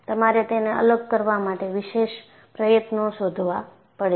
તમારે તેને અલગ કરવા માટે વિશેષ પ્રયત્નો શોધવા પડે છે